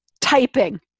typing